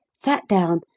sat down,